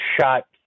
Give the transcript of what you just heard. shot